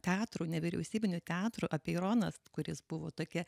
teatrų nevyriausybinių teatrų apeironas kuris buvo tokia